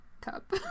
cup